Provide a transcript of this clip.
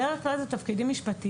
בדרך כלל זה תפקידים משפטיים.